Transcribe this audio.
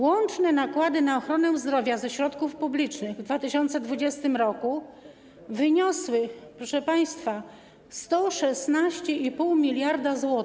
Łączne nakłady na ochronę zdrowia ze środków publicznych w 2020 r. wyniosły, proszę państwa, 116,5 mld zł.